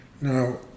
Now